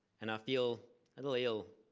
and i feel a little ill.